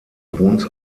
bruns